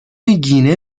گینه